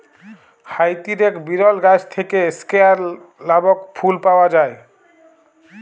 হাইতির এক বিরল গাছ থেক্যে স্কেয়ান লামক ফুল পাওয়া যায়